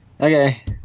Okay